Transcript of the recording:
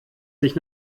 sich